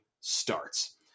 starts